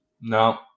no